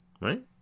Right